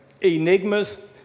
enigmas